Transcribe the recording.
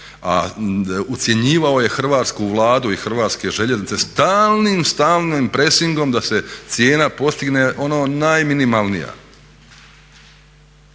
a ucjenjivao je hrvatsku Vladu i Hrvatske željeznice stalnim, stalnim presingom da se cijena postigne ono najminimalnija.